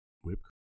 whip